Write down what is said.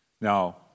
Now